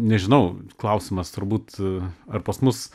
nežinau klausimas turbūt ar pas mus